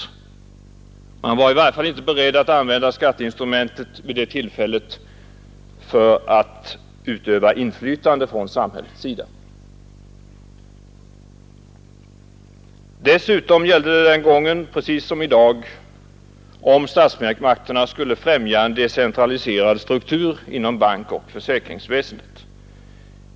Man var i varje fall inte beredd att använda skatteinstrumentet vid det tillfället för att utöva inflytande från samhällets sida. Dessutom gällde det den gången precis som i dag om statsmakterna skulle främja en decentraliserad struktur inom bankoch försäkringsväsendet.